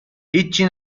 هیچچی